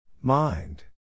Mind